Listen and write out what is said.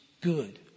good